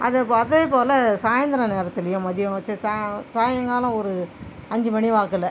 அதபோ அதேபோல் சாய்ந்திரம் நேரத்துலேயும் மதியம் சே சா சாய்ங்காலம் ஒரு அஞ்சு மணி வாக்கில்